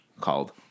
called